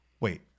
Wait